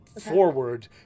Forward